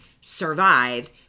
survived